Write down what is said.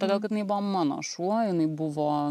todėl kad jinai buvo mano šuo jinai buvo